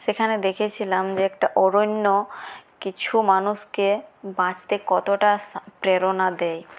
সেখানে দেখেছিলাম যে একটা অরণ্য কিছু মানুষকে বাঁচতে কতটা প্রেরণা দেয়